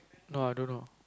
no I don't know